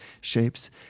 shapes